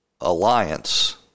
alliance